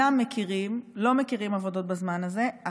לא מכירים עבודות בזמן הזה.